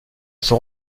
son